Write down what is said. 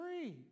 free